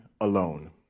alone